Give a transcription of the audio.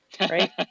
right